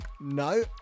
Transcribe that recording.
no